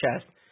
chest